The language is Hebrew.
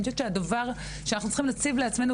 אני חושבת שהדבר שאנחנו צריכים להציב לעצמנו